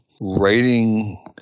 writing